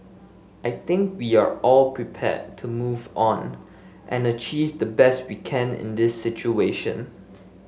I think we are all prepared to move on and achieve the best we can in this situation